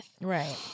Right